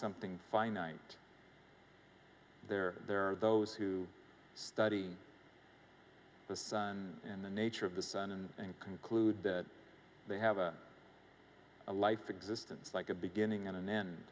something finite there there are those who study the sun and the nature of the sun and conclude that they have a life existence like a beginning and